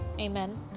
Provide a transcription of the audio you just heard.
Amen